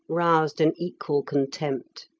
roused an equal contempt.